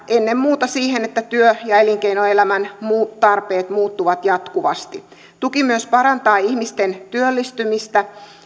ennen muuta siksi että työ ja elinkeinoelämän muut tarpeet muuttuvat jatkuvasti tuki myös parantaa ihmisten työllistymistä